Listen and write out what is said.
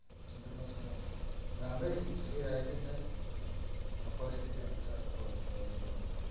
दुःख सुख राम्रै चलिरहेकै छ अब परिस्थिति अनुसार अब यो अहिलेको